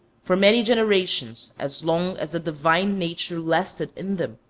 for many generations, as long as the divine nature lasted in them,